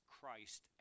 Christ